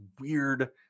weird